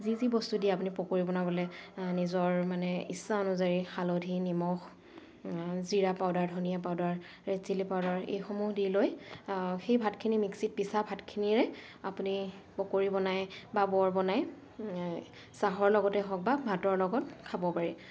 যি যি বস্তু দিয়ে আপুনি পকৰি বনাবলৈ নিজৰ মানে ইচ্ছা অনুযায়ী হালধি নিমখ জিৰা পাউডাৰ ধনিয়া পাউদাৰ ৰেড চিলি পাউদাৰ এইসমূহ দি লৈ সেই ভাতখিনি মিক্সিত পিছা ভাতখিনিৰে আপুনি পকৰি বনাই বা বৰ বনাই চাহৰ লগতে হওক বা ভাতৰ লগত খাব পাৰি